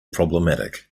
problematic